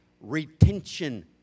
retention